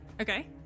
Okay